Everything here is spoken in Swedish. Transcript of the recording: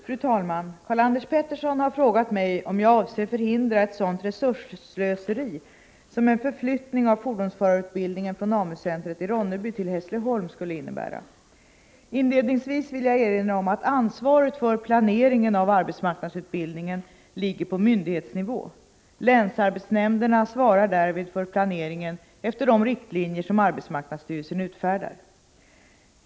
Fru talman! Karl-Anders Petersson har frågat mig om jag avser förhindra ett sådant resursslöseri som en förflyttning av fordonsförarutbildningen från AMU-centret i Ronneby till Hässleholm skulle innebära. Inledningsvis vill jag erinra om att ansvaret för planeringen av arbetsmarknadsutbildningen ligger på myndighetsnivå. Länsarbetsnämnderna svarar därvid för planeringen efter de riktlinjer som arbetsmarknadsstyrelsen utfärdar.